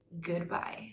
goodbye